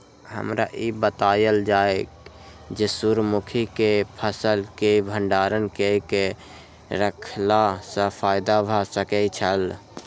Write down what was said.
हमरा ई बतायल जाए जे सूर्य मुखी केय फसल केय भंडारण केय के रखला सं फायदा भ सकेय छल?